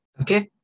Okay